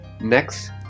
next